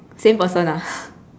same person ah